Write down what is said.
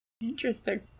Interesting